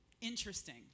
interesting